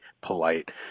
polite